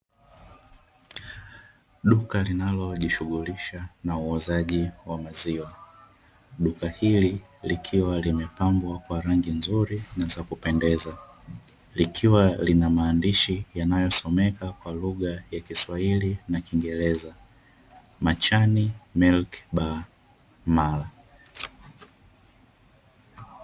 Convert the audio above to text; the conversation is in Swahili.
Duka linalojishughulisha na uuzaji wa maziwa duka hili, likiwa limepabwa kwa rangi nzuri na za kupendeza, likiwa na maandishi yanayosomekwa kwa lugha ya kiswahili na kiingereza "MACHaNI MILK BAA MARA".